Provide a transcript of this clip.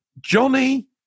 Johnny